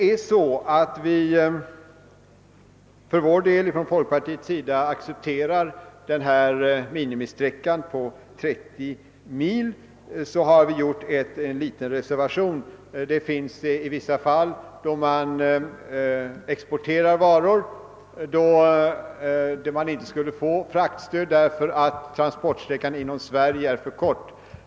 Även om vi inom folkpartiet accepterar minimisträckan 30 mil, har vi gjort ett litet förbehåll. Det förekommer i vissa fall export av varor för vilka fraktstöd inte skulle utgå eftersom transportsträckan inom Sverige är för kort.